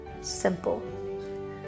simple